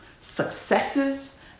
successes